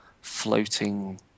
floating